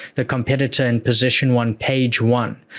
the competitor in position one page one.